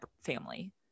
family